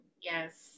yes